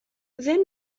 ضمن